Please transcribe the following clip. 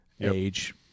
age